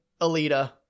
alita